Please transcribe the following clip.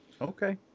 Okay